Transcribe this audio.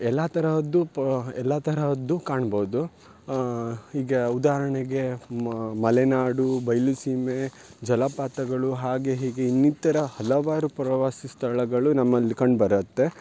ಎಲ್ಲ ತರಹದ್ದು ಪ ಎಲ್ಲ ತರಹದ್ದು ಕಾಣ್ಬೌದು ಹೀಗೆ ಉದಾಹರಣೆಗೆ ಮಲೆನಾಡು ಬಯಲುಸೀಮೆ ಜಲಪಾತಗಳು ಹಾಗೆ ಹೀಗೆ ಇನ್ನಿತರ ಹಲವಾರು ಪ್ರವಾಸಿ ಸ್ಥಳಗಳು ನಮ್ಮಲ್ಲಿ ಕಂಡುಬರುತ್ತೆ